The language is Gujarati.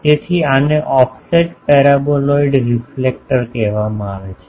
તેથી આને ઓફસેટ પેરાબોલોઈડલ રેફલેક્ટર કહેવામાં આવે છે